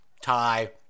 tie